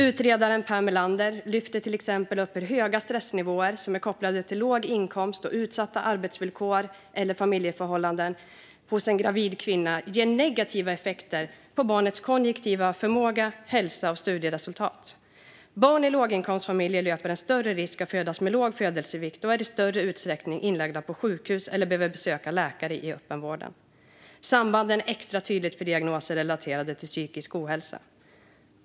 Utredaren Per Molander lyfte till exempel upp hur höga stressnivåer hos en gravid kvinna, som är kopplade till låg inkomst och utsatta arbetsvillkor eller familjeförhållanden, ger negativa effekter på barnets kognitiva förmåga, hälsa och studieresultat. Barn i låginkomstfamiljer löper större risk att födas med låg vikt och är i större utsträckning inlagda på sjukhus eller behöver besöka läkare i öppenvården. Sambandet är extra tydligt när det gäller diagnoser som är relaterade till psykisk ohälsa.